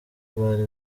bari